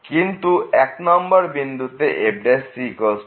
কিন্তু 1 নম্বর বিন্দুতে f00